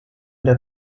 der